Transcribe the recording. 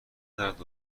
دارد